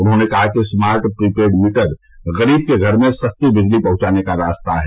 उन्होंने कहा कि स्मार्ट प्रीपैड मीटर गरीब के घर में सस्ती बिजली पहुंचाने का रास्ता है